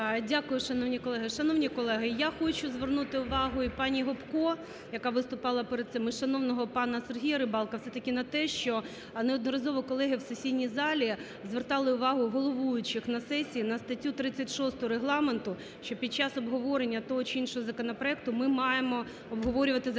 Дякую, шановні колеги. Шановні колеги, я хочу звернути увагу і пані Гопко, яка виступала перед цим, і шановного пана Сергія Рибалка все-таки на те, що неодноразово колеги в сесійній залі звертали увагу головуючих на сесії на статтю 36 Регламенту, що під час обговорення того чи іншого законопроекту ми маємо обговорювати законопроект.